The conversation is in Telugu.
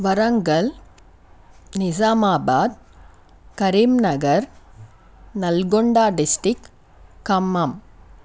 వరంగల్ నిజామాబాద్ కరీంనగర్ నల్గొండ డిస్టిక్ ఖమ్మం